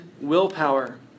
willpower